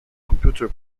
computer